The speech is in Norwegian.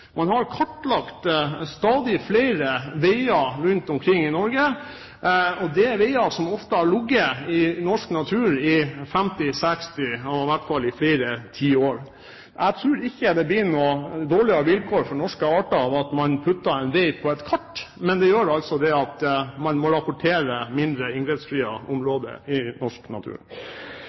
ligget i norsk natur i 50–60 år – i hvert fall i flere tiår. Jeg tror ikke det blir noe dårligere vilkår for norske arter av at man putter en vei på et kart, men det gjør altså det at man må rapportere mindre inngrepsfrie områder i norsk natur.